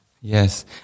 Yes